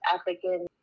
African